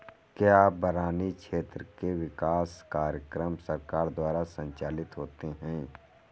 क्या बरानी क्षेत्र के विकास कार्यक्रम सरकार द्वारा संचालित होते हैं?